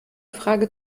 frage